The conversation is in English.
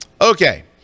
Okay